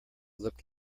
looked